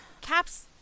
Caps